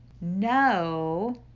no